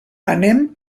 anem